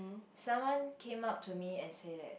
someone came up to me and said that